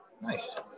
Nice